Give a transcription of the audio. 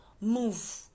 move